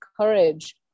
courage